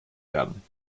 werden